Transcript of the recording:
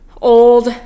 old